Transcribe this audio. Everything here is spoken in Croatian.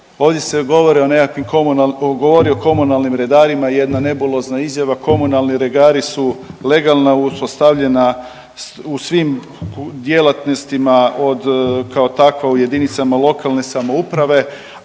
ovdje se govori o nekakvim, govori o komunalnim redarima jedna nebulozna izjava. Komunalni redari su legalna uspostavljena u svim djelatnosti od kao takva u jedinicama lokalne samouprave,